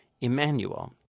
Emmanuel